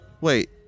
wait